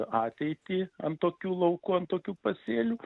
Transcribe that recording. ateitį ant tokių laukų ant tokių pasėlių